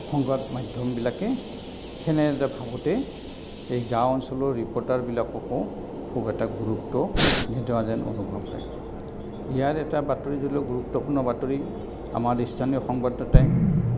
সংবাদ মাধ্যমবিলাকে সেনে এটা ভাবতে এই গাঁও অঞ্চলৰ ৰিপৰ্টাৰবিলাককো খুব এটা গুৰুত্ব নিদিয়া যেন অনুভৱ হয় ইয়াৰ এটা বাতৰি গুৰুত্বপূৰ্ণ বাতৰি আমাৰ স্থানীয় সংবাদতাই